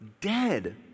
dead